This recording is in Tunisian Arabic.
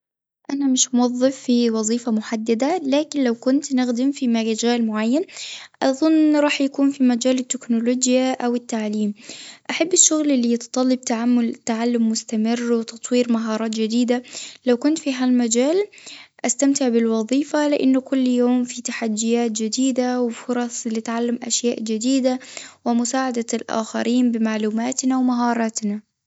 أنا مش موظف في وظيفة محددة، لكن لو كنت نخدم في مجال معين أظن راح يكون في مجال التكنولوجيا أو التعليم، أحب الشغل اللي يتطلب تعل- تعلم مستمر وتطوير مهارات جديدة، لو كنت في هالمجال أستمتع بالوظيفة لإنه كل يوم في تحديات جديدة ونحب نتعلم أشياء جديدة ومساعدة الآخرين بمعلوماتي ومهاراتي.